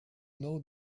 know